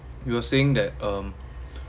you were saying that um